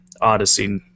Odyssey